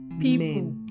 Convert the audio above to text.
people